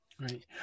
Right